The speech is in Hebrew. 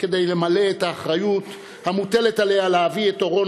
כדי למלא את האחריות המוטלת עליה להביא את אורון